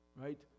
right